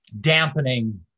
dampening